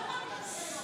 לא הבנתי,